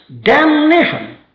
damnation